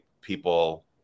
people